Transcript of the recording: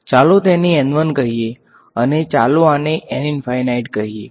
ચાલો તેને n1 કહીએ અને ચાલો આને કહીએ